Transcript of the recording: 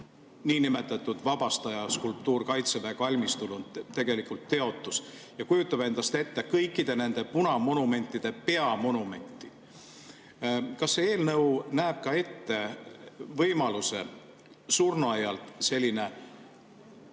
niinimetatud vabastaja skulptuur Kaitseväe kalmistul tegelikult teotus ja kujutab endast kõikide nende punamonumentide peamonumenti. Kas see eelnõu näeb ette ka võimaluse surnuaialt selline